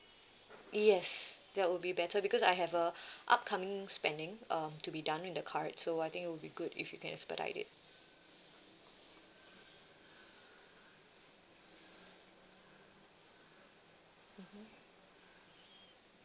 yes that would be better because I have a upcoming spending uh to be done with the card so I think it would be good if you can expedite it